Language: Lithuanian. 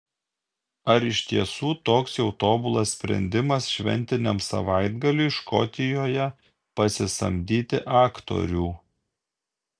ar iš tiesų toks jau tobulas sprendimas šventiniam savaitgaliui škotijoje pasisamdyti aktorių